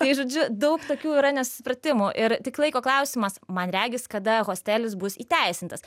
tai žodžiu daug tokių yra nesusipratimų ir tik laiko klausimas man regis kada hostelis bus įteisintas